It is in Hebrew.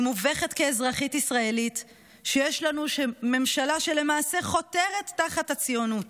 אני מובכת כאזרחית ישראלית שיש לנו ממשלה שלמעשה חותרת תחת הציונות.